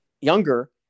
Younger